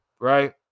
right